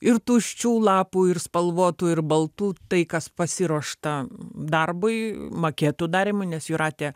ir tuščių lapų ir spalvotų ir baltų tai kas pasiruošta darbui maketų darymui nes jūratė